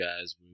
guys